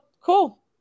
cool